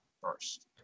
first